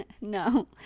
no